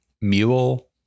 mule